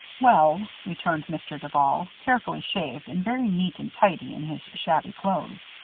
well, returned mr. duval, carefully shaved and very neat and tidy in his shabby clothes,